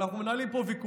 אבל אנחנו מנהלים פה ויכוח,